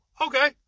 okay